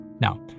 Now